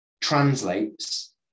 translates